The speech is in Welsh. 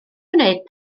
gwneud